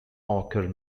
occur